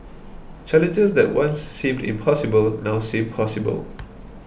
challenges that once seemed impossible now seem possible